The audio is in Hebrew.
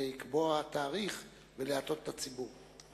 לקבוע תאריך ולהטעות את הציבור.